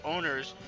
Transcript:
owners